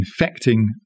infecting